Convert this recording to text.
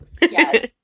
Yes